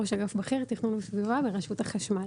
ראש אגף בכיר תכנון וסביבה ברשות החשמל.